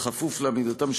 כפוף לעמידתם,